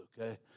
okay